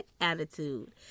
attitude